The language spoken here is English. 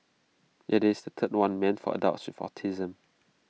IT is the third one meant for adults with autism